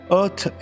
Earth